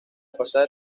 pasar